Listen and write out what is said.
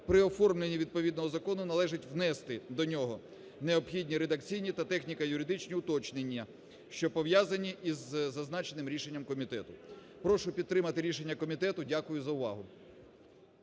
при оформленні відповідного Закону належить внести до нього необхідні редакційні та техніко-юридичні уточнення, що пов'язані із зазначеним рішенням комітету. Прошу підтримати рішення комітету. Дякую за увагу.